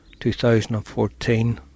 2014